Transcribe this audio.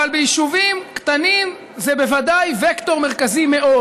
אבל ביישובים קטנים זה בוודאי וקטור מרכזי מאוד.